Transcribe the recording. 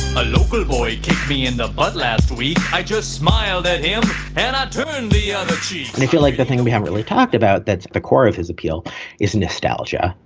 a local boy could be in the blood last week. i just smiled ah yeah and turn the other cheek i feel like the thing we have really talked about, that's the core of his appeal is nostalgia.